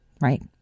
right